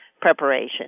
preparation